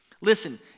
Listen